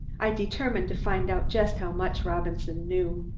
i determined to find out just how much robinson knew.